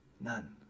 None